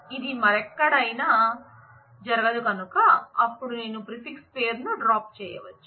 అది మరెక్కడైనా జరగదు కనుక అప్పుడు నేను ప్రిఫిక్స్ పేరును డ్రాప్ చేయవచ్చు